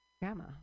Grandma